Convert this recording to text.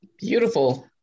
Beautiful